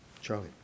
Charlie